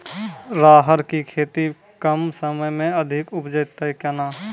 राहर की खेती कम समय मे अधिक उपजे तय केना?